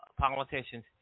politicians